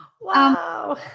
Wow